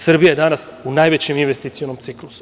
Srbija je danas u najvećem investicionom ciklusu.